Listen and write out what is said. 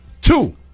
two